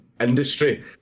industry